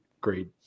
great